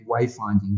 wayfinding